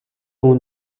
хүн